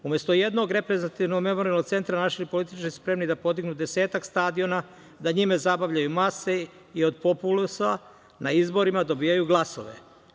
Umesto jednog reprezentativnog memorijalnog centra, naši političari su spremni da podignu desetak stadiona, da na njima zabavljaju mase i od populusa na izborima dobijaju glasove.